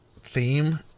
theme